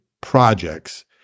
projects